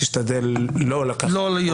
תשתדל לא לקחת -- לא להיות כמו גלעד קריב.